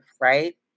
Right